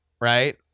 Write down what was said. right